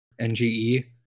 NGE